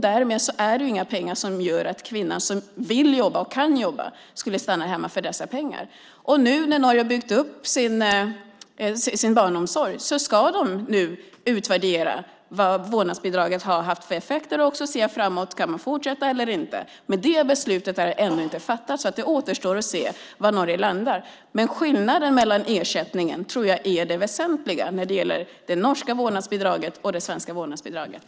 Därmed är det inga pengar som gör att den kvinna som vill och kan jobba skulle stanna hemma. Nu, när man i Norge har byggt upp sin barnomsorg, ska man utvärdera vad vårdnadsbidraget har haft för effekter och se om man kan fortsätta eller inte. Det beslutet är inte fattat. Det återstår att se vad man i Norge beslutar. Men det finns en väsentlig skillnad mellan det norska vårdnadsbidraget och det svenska vårdnadsbidraget.